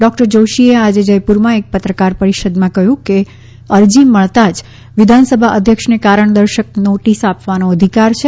ડો cutter જોશીએ આજે જયપુરમાં એક પત્રકાર પરિષદમાં કહ્યું કે અરજી મળતાં જ વિધાનસભા અધ્યક્ષને કારણદર્શક નોટિસ આપવાનો અધિકાર છે